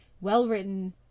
well-written